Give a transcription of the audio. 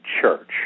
church